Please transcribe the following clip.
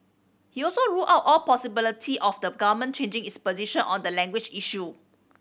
he also ruled out all possibility of the Government changing its position on the language issue